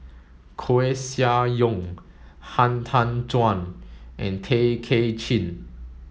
Koeh Sia Yong Han Tan Juan and Tay Kay Chin